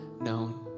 known